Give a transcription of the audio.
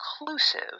inclusive